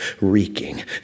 reeking